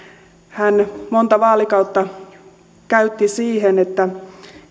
hän monta vaalikautta käytti siihen että